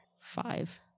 five